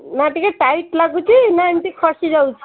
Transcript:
ନା ଟିକେ ଟାଇଟ୍ ଲାଗୁଚି ନା ଏମିତି ଖସି ଯାଉଛି